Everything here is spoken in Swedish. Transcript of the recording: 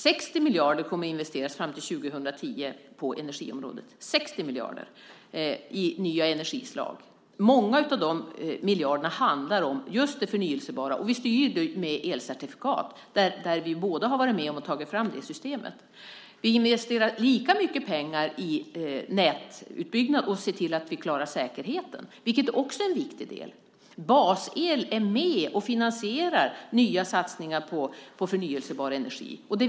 60 miljarder kommer att investeras på energiområdet fram till 2010 i nya energislag. Många av de miljarderna gäller just det förnybara. Vi styr det med elcertifikat. Det systemet har vi båda varit med att ta fram. Vi investerar lika mycket pengar i nätutbyggnad och i att se till att vi klarar säkerheten, vilket också är en viktig del. Bas-el är med och finansierar nya satsningar på förnybar energi.